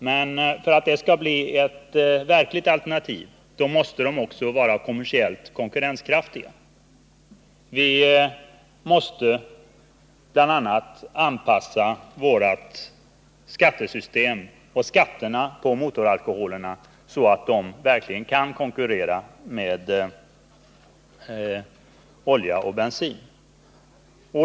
Men för att bli ett verkligt alternativ måste dessa bränslen vara också kommersiellt konkurrenskraftiga. Vi måste bl.a. anpassa skatterna på motoralkoholerna så att dessa bränslen verkligen kan konkurrera med olja och bensin.